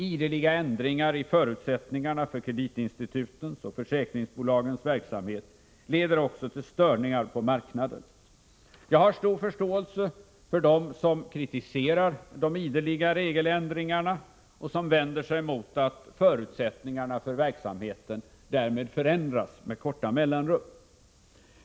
Ideliga ändringar i förutsättningarna för kreditinstitutens och försäkringsbolagens verksamhet leder också till störningar på marknaden. Jag har stor förståelse för dem som kritiserar de ideliga regeländringarna och som vänder sig mot att förutsättningarna för verksamheten därmed förändras med korta mellanrum.